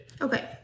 Okay